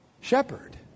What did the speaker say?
shepherd